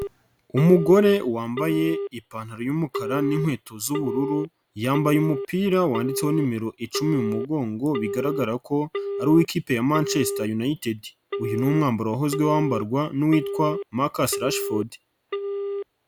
Umugore wambaye ipantaro y'umukara n'inkweto z'ubururu yambaye umupira wanditseho numero icumi mu mugongo bigaragara ko ari uw'ikipe ya Manchester United, uyu ni umwambaro wahoze wambarwa n'uwitwa Marcus Rashford.